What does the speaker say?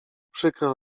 przykro